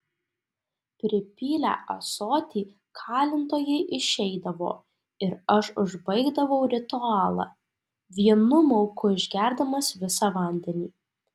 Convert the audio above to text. pripylę ąsotį kalintojai išeidavo ir aš užbaigdavau ritualą vienu mauku išgerdamas visą vandenį